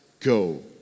go